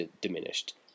diminished